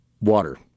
water